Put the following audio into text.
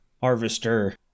harvester